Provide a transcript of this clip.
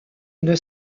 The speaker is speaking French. une